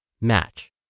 match